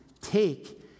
take